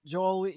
Joel